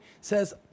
says